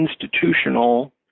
institutional